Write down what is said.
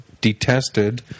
detested